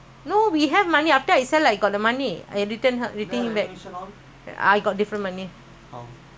I'm talking about house what you talking car my our main importance